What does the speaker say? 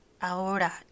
Ahora